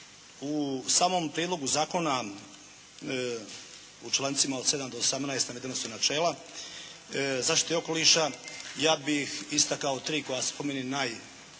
U samom prijedlogu zakona u člancima od 7. do 18. navedena su načela zaštite okoliša. Ja bih istakao tri koja su po meni najvažnija